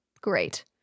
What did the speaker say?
great